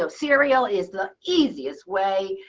so cereal is the easiest way.